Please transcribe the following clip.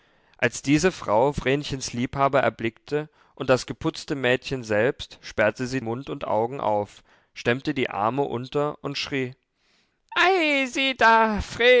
als diese frau vrenchens liebhaber erblickte und das geputzte mädchen selbst sperrte sie mund und augen auf stemmte die arme unter und schrie ei sieh da